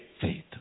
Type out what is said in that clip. faith